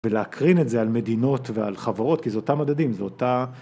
ולהקרין את זה על מדינות ועל חברות כי זה אותם מדדים, זו אותה